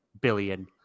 billion